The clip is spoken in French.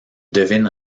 devine